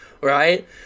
right